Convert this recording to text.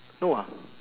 no ah